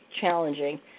challenging